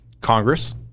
Congress